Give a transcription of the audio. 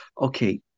Okay